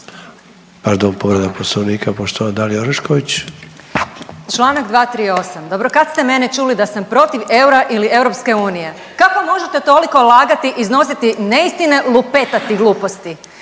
Dalija (Stranka s imenom i prezimenom)** Čl. 238. dobro kad ste mene čuli da sam protiv eura ili EU? Kako možete toliko lagati i iznositi neistine lupetati gluposti?